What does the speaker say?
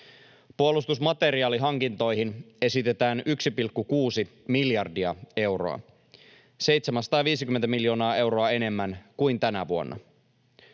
Puolustusmateriaalihankintoihin esitetään 1,6 miljardia euroa, 750 miljoonaa euroa enemmän kuin tänä vuonna.